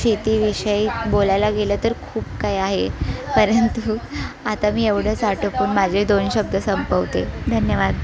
शेतीविषयी बोलायला गेलं तर खूप काही आहे परंतु आता मी एवढंच आटोपून माझे दोन शब्द संपवते धन्यवाद